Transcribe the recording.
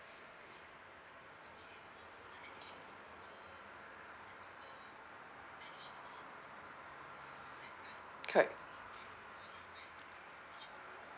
correct